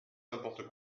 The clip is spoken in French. n’importe